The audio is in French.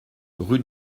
route